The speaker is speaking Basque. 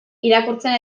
irakurtzen